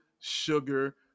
sugar